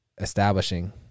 establishing